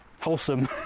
wholesome